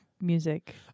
music